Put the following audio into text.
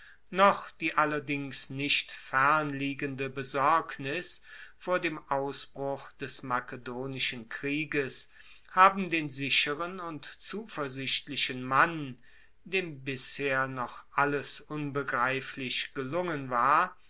noch die allerdings nicht fernliegende besorgnis vor dem ausbruch des makedonischen krieges haben den sicheren und zuversichtlichen mann dem bisher noch alles unbegreiflich gelungen war